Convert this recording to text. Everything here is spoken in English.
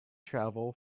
travel